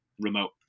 remote